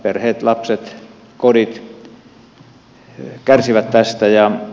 perheet lapset kodit kärsivät tästä